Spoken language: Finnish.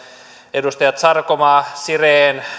edustajat sarkomaa siren